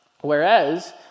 Whereas